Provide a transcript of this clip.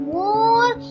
more